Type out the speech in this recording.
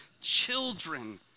children